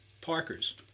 Parker's